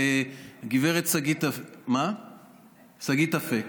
גב' שגית אפיק,